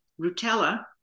Rutella